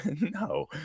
No